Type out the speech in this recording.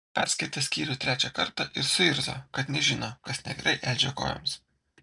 perskaitė skyrių trečią kartą ir suirzo kad nežino kas negerai edžio kojoms